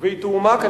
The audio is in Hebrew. היא תועמק.